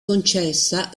concessa